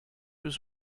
was